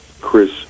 Chris